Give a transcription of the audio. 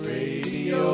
Radio